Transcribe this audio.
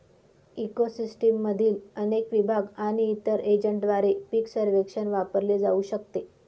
eco सिस्टीममधील अनेक विभाग आणि इतर एजंटद्वारे पीक सर्वेक्षण वापरले जाऊ शकते